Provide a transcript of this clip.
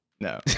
No